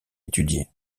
étudiée